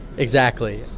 exactly